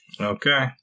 Okay